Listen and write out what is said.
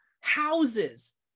houses